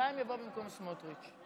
חיים יבוא במקום סמוטריץ'.